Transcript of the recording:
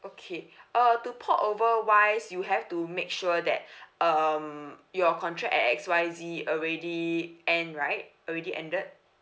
okay uh to port over wise you have to make sure that um your contract at X Y Z already end right already ended